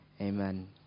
Amen